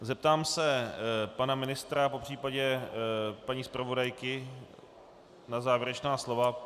Zeptám se pana ministra, popřípadě paní zpravodajky na závěrečná slova.